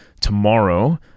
tomorrow